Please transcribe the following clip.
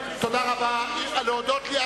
להודות לי,